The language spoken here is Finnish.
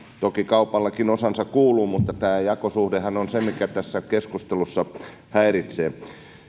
toki kaupallekin osansa kuuluu mutta tämä jakosuhdehan on se mikä tässä keskustelussa häiritsee